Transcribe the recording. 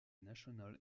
national